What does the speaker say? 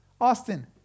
Austin